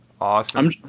Awesome